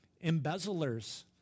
embezzlers